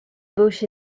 bush